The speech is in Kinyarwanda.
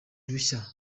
rushya